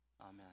Amen